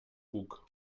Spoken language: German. bug